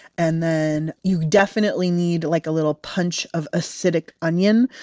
and then you definitely need like a little punch of acidic onion.